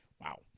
Wow